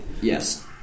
Yes